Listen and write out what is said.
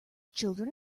children